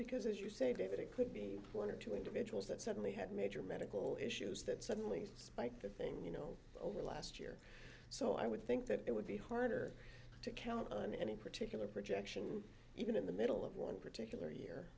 because as you say david it could be for two individuals that suddenly had major medical issues that suddenly spike that thing you know over last year so i would think that it would be harder to count on any particular projection even in the middle of one particular year